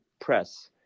press